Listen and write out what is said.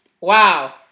Wow